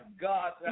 God